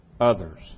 others